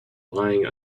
lying